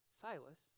Silas